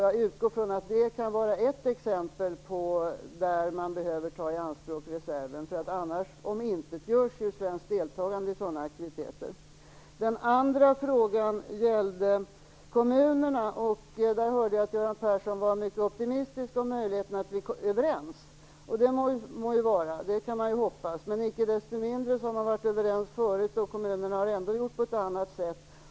Jag utgår ifrån att detta kan vara ett exempel där en reserv behöver tas i anspråk. Annars omintetgörs ju ett svenskt deltagande i sådana aktiviteter. Den andra frågan gällde kommunerna. Jag hörde att Göran Person var mycket optimistisk inför möjligheterna att komma överens. Det kan man ju hoppas att man gör, men icke desto mindre har man varit överens tidigare och ändå har kommunerna gjort på ett annat sätt.